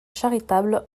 charitable